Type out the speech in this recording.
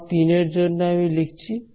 পথ 3 এর জন্য আমি লিখছি